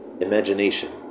Imagination